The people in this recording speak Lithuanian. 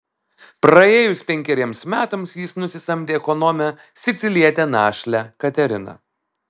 praėjus penkeriems metams jis nusisamdė ekonomę sicilietę našlę kateriną